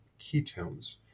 ketones